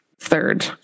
third